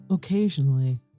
Occasionally